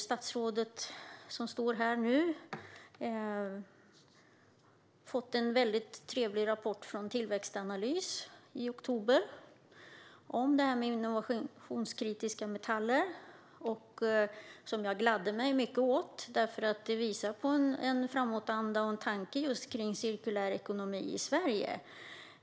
Statsrådet fick i oktober en väldigt trevlig rapport från Tillväxtanalys om innovationskritiska metaller. Den gladde mig mycket, eftersom den visar en framåtanda och tanke avseende cirkulär ekonomi i Sverige.